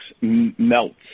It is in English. melts